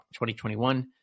2021